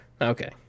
okay